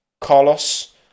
Carlos